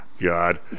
God